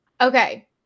Okay